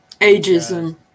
ageism